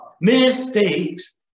Mistakes